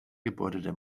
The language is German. gebäudedämmung